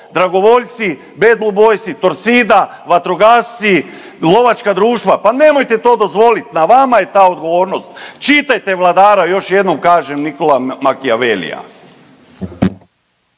Dragovoljci, BBB, Torcida, vatrogasci, lovačka društva, pa nemojte to dozvoliti! Na vama je ta odgovornost! Čitajte Vladara, još jednom kažem, Niccola Machiavellija.